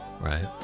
right